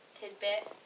tidbit